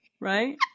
Right